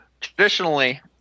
traditionally